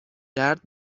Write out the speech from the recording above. درد